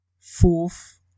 Fourth